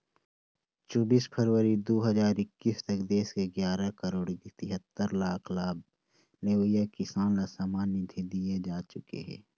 चोबीस फरवरी दू हजार एक्कीस तक देश के गियारा करोड़ तिहत्तर लाख लाभ लेवइया किसान ल सम्मान निधि दिए जा चुके हे